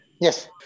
Yes